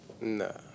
No